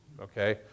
okay